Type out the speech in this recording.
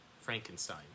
Frankenstein